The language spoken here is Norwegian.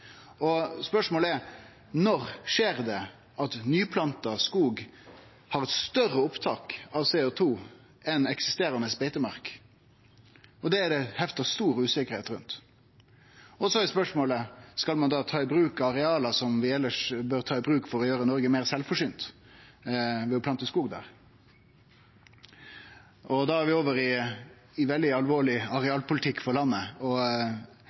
Spørsmålet er: Når skjer det at nyplanta skog har større opptak av CO 2 enn eksisterande beitemark? Det er det hefta stor usikkerheit ved. Så er spørsmålet: Skal vi da ta i bruk areal som vi elles bør ta i bruk for å gjere Noreg meir sjølvforsynt, ved å plante skog der? Da er vi over i veldig alvorleg arealpolitikk for landet, og